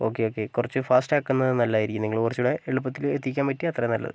okay okay കുറച്ച് fast ആകുന്നത് നല്ലതായിരിക്കും നിങ്ങൾ കുറച്ചുകൂടെ എളുപ്പത്തിൽ എത്തിക്കാൻ പറ്റിയാൽ അത്രയും നല്ലത്